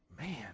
man